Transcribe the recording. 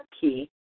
key